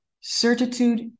Certitude